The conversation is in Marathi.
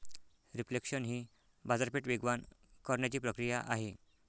रिफ्लेशन ही बाजारपेठ वेगवान करण्याची प्रक्रिया आहे